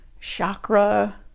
chakra